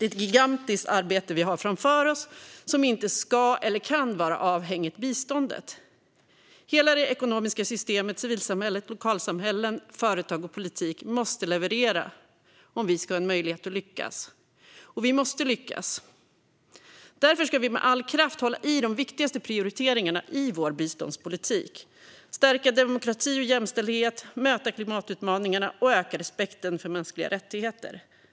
Vi har framför oss ett gigantiskt arbete som inte ska eller kan vara avhängigt av biståndet. Hela det ekonomiska systemet, civilsamhället, lokalsamhällen, företag och politik måste leverera för att vi ska ha möjlighet att lyckas. Och vi måste lyckas. Därför ska vi med all kraft hålla i de viktigaste prioriteringarna i vår biståndspolitik: att stärka demokrati och jämställdhet, möta klimatutmaningarna och öka respekten för mänskliga rättigheter.